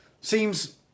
Seems